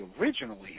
originally